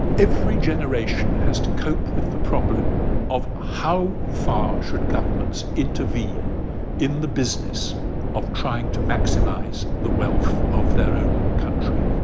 every generation has to cope with the problem of how far should governments intervene in the business of trying to maximize the wealth of their own country.